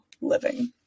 living